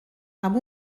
amb